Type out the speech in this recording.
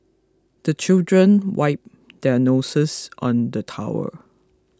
the children wipe their noses on the towel